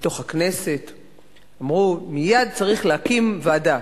בתוך הכנסת, אמרו: מייד צריך להקים ועדה.